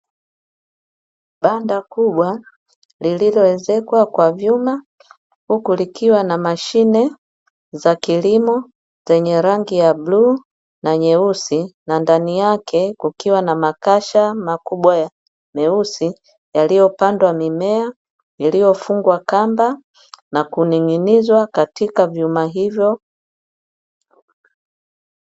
Banda kubwa, lililowezekwa kwa vyuma, huku likiwa na mashine za kilimo zenye rangi ya bluu na nyeusi, na ndani yake kukiwa na makasha makubwa meusi, yaliyopandwa mimea iliyofungwa kamba na kuning’inizwa katika vyuma hivyo.